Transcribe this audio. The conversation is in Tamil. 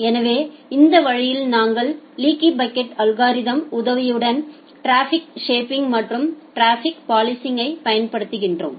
எனவே இந்த வழியில் நாங்கள் லீக்கி பக்கெட் அல்கோரிதம் உதவியுடன் டிராஃபிக் ஷேப்பிங் மற்றும் டிராஃபிக் பாலிசிங்கை பயன்படுத்துகிறோம்